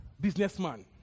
businessman